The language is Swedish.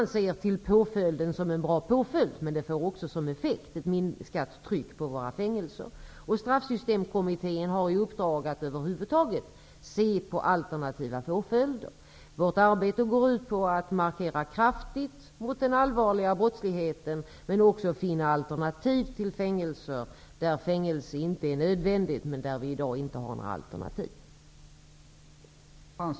Vi ser det i första hand som en bra påföljd, men det har också som effekt att trycket på fängelserna minskar. Straffsystemkommittén har i uppdrag att se på alternativa påföljder över huvud taget. Vårt arbete går ut på att göra en kraftig markering mot den allvarliga brottsligheten men också att finna alternativ till fängelse i de fall där det inte är nödvändigt.